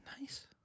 Nice